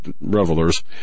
revelers